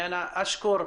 אם אפשר,